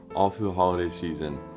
all through the holiday season,